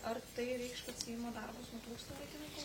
ar tai reikš kad seimo darbas nutrūksta laikinai kol